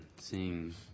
seeing